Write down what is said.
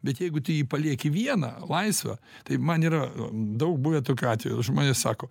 bet jeigu tu jį palieki vieną laisvą tai man yra daug buvę tokių atvejų žmonės sako